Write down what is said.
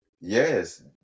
Yes